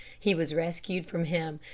he was rescued from him,